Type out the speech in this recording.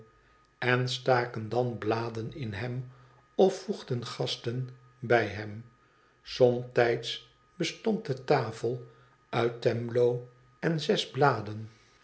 en staken dan bladen in hem of voegden gasten bij hem somtijds bestond de tafel uit twemlow en zes bladen